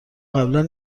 قبلا